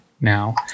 now